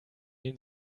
den